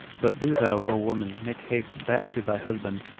but do thou, o woman, make haste back to thy husband,